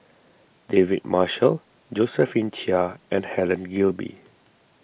David Marshall Josephine Chia and Helen Gilbey